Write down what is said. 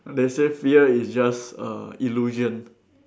they say fear is just a illusion